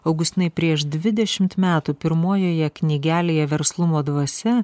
augustinai prieš dvidešimt metų pirmojoje knygelėje verslumo dvasia